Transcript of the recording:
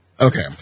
Okay